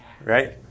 right